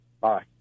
Bye